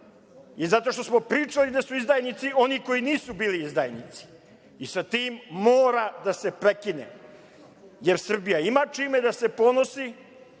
i zato što smo pričali da su izdajnici oni koji nisu bili izdajnici i sa tim mora da se prekine, jer Srbija ima čime da se ponosi